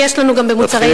ויש לנו גם במוצרי יסוד,